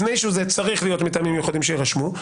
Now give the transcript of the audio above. לפני כן צריך להיות מטעמים מיוחדים שיירשמו.